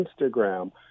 Instagram